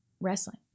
Wrestling